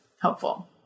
helpful